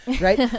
Right